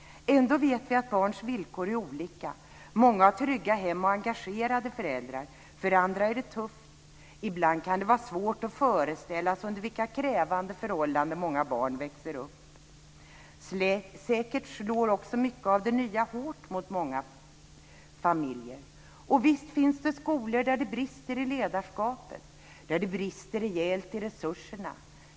Ändå vet vi att barns villkor är olika. Många har trygga hem och engagerade föräldrar. För andra är det tufft. Ibland kan det vara svårt att föreställa sig under vilka krävande förhållanden många barn växer upp. Säkert slår också mycket av det nya hårt mot många familjer. Visst finns det skolor där det brister i ledarskapet och där det brister rejält i resurserna.